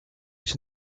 się